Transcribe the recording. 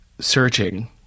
searching